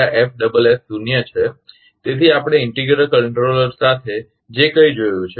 તેથી આપણે integral controller સાથે જે કંઇ જોયું છે